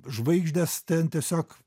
žvaigždės ten tiesiog